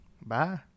Bye